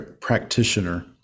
practitioner